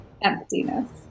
emptiness